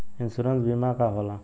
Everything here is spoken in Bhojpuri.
इन्शुरन्स बीमा का होला?